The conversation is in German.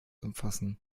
umfassen